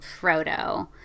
frodo